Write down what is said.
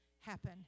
happen